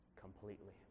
completely